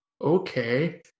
okay